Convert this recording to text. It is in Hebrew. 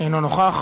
אינו נוכח.